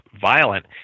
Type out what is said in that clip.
violent